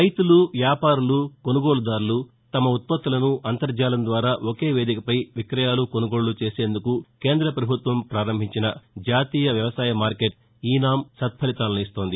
రైతులు వ్యాపారులు కొనుగోలుదారులు తమ ఉత్పత్తులను అంతర్జాలం ద్వారా ఒకే వేదికపై విక్రయాలు కొనుగోళ్ళు చేసేందుకు కేంద్రపభుత్వం ప్రారంభించిన జాతీయ వ్యయసాయ మార్కెట్ ఈనాం సత్పలితాలను ఇస్తోంది